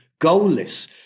goalless